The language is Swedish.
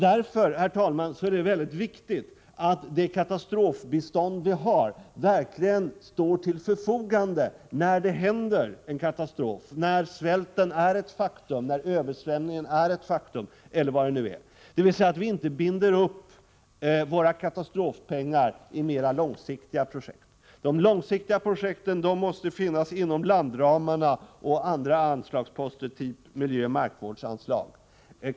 Därför, herr talman, är det viktigt att det katastrofbistånd vi har verkligen står till förfogande när det händer en katastrof, när svälten, översvämningen eller vad det nu är, är ett faktum, dvs. att vi inte binder upp våra katastrofpengar i mer långsiktiga projekt. De långsiktiga projekten måste finnas inom landramarna och andra anslagsposter, typ miljöoch markvårdsanslag.